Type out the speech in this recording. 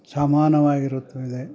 ಸಮಾನವಾಗಿರುತ್ತದೆ